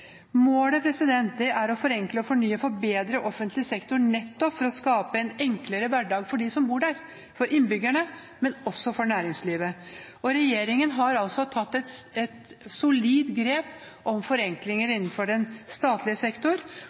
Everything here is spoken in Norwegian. Målet er å forenkle, fornye og forbedre offentlig sektor nettopp for å skape en enklere hverdag for dem som bor der, for innbyggerne, men også for næringslivet. Regjeringen har altså tatt et solid grep om forenklinger innenfor statlig sektor, og nå er tiden inne til å styrke budsjettene ved ytterligere å effektivisere kommunal sektor.